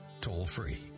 toll-free